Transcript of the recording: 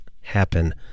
happen